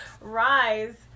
rise